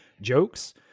jokes